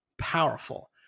powerful